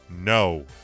No